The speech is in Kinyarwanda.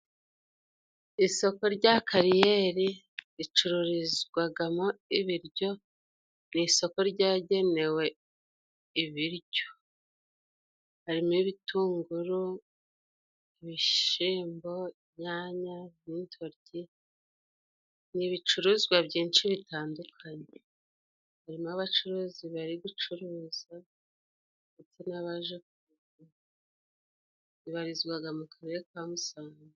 Isoko rya kariyeri ricururizwagamo ibiryo, ni isoko ryagenewe ibiryo. Harimo: ibitunguru, ibishimbo, inyanya n'intoryi, n'ibicuruzwa byinshi bitandukanye. Harimo abacuruzi bari gucuruza ndetse n'abaje, ribarizwaga mu Karere ka Musanze.